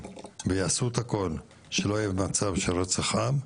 ויעשו את הכל שלא יהיה מצב של רצח העם.